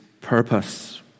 purpose